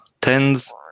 tens